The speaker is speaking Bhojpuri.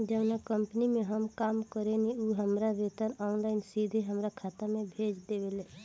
जावना कंपनी में हम काम करेनी उ हमार वेतन ऑनलाइन सीधे हमरा खाता में भेज देवेले